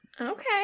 Okay